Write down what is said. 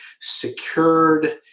secured